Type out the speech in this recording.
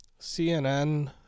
CNN